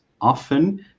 often